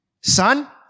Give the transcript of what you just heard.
son